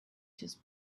just